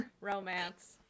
romance